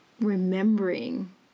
remembering